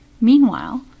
Meanwhile